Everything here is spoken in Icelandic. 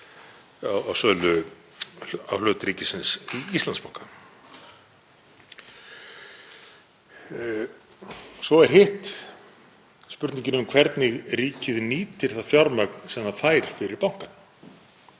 á hlut ríkisins í Íslandsbanka. Svo er hitt, spurningin um hvernig ríkið nýtir það fjármagn sem það fær fyrir bankann.